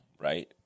right